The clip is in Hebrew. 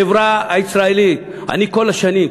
כל השנים,